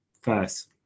first